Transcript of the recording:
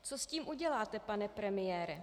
Co s tím uděláte, pane premiére?